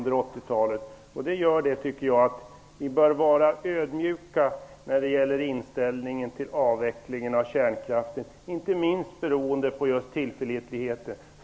Detta gör att vi bör vara ödmjuka i vår inställning till frågan om avvecklingen av kärnkraften, inte minst med tanke på tillförlitligheten.